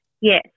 Yes